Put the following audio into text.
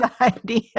idea